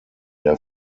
der